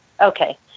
Okay